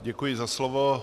Děkuji za slovo.